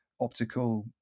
optical